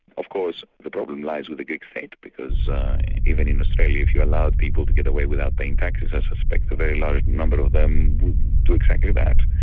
of course the problem lies with the greek state, because even in australia, if you allowed people to get away without paying taxes, i suspect a very large number of them would do exactly that.